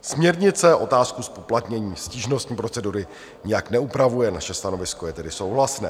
Směrnice otázku zpoplatnění stížnostní procedury nijak neupravuje, naše stanovisko je tedy souhlasné.